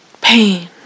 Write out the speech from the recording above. pain